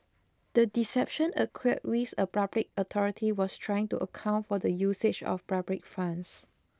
the deception occurred whilst a public authority was trying to account for the usage of public funds